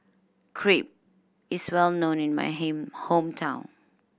crepe is well known in my hometown